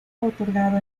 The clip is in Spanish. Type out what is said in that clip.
otorgado